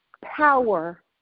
power